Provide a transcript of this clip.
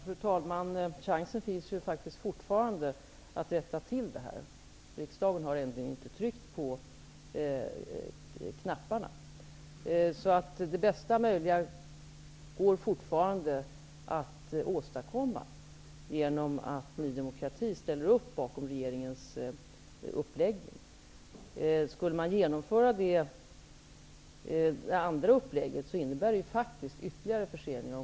Fru talman! Chansen att rätta till detta finns faktiskt fortfarande. Riksdagen har ännu inte tryckt på knapparna. Det bästa möjliga går fortfarande att åstadkomma genom att Ny demokrati ställer upp bakom regeringens uppläggning. Skulle man genomföra det andra upplägget, skulle det faktiskt innebära ytterligare förseningar.